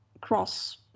cross